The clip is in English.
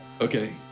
okay